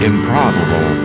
Improbable